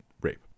rape